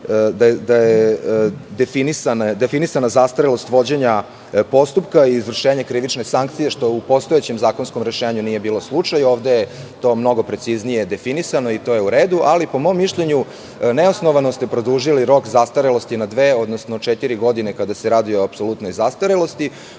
da je definisana zastarelost vođenja postupka i izvršenja krivične sankcije, što u postojećem zakonskom rešenju nije bio slučaj. Ovde je to mnogo preciznije definisano i to je u redu. ali, po mom mišljenju, neosnovano ste produžili rok zastarelosti na dve, odnosno četiri godine kada se radi o apsolutnoj zastarelosti,